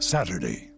Saturday